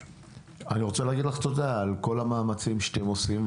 אני רוצה להגיד לך תודה על כל המאמצים שאתם עושים,